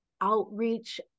outreach